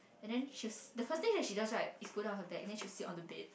and then she the first that she does right is put down her bag then she will sit on the bed